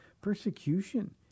persecution